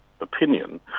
opinion